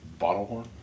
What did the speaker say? Bottlehorn